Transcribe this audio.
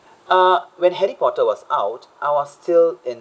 ah when harry potter was out I was still in